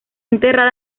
enterrada